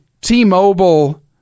T-Mobile